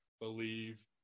believe